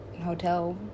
hotel